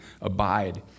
Abide